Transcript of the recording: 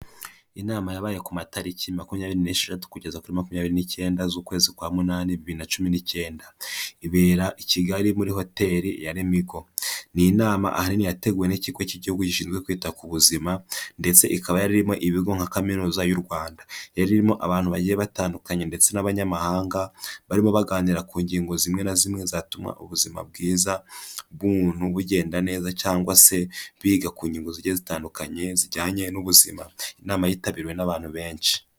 Inama yabaye ku matariki makumyabiri n'esheshatu kugeza kuri makumyabiri n'icyenda z'ukwezi kwa munani bibiri na cumi n'icyenda. Ibera i Kigali muri Hoteli ya Remigo. Ni inama ahanini yateguwe n'Ikigo cy'Igihugu gishinzwe kwita ku Buzima, ndetse ikaba yari irimo ibigo nka Kaminuza y'u Rwanda. Yari irimo abantu bagiye batandukanye ndetse n'abanyamahanga, barimo baganira ku ngingo zimwe na zimwe zatuma ubuzima bwiza bw'umuntu bugenda neza, cyangwa se biga ku ngingo zigiye zitandukanye zijyanye n'ubuzima. Inama yitabiriwe n'abantu benshi.